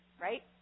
right